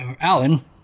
Alan